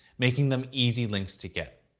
making them easy links to get.